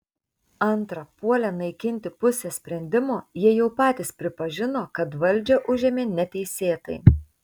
antra puolę naikinti pusę sprendimo jie jau patys pripažino kad valdžią užėmė neteisėtai